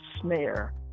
snare